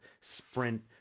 Sprint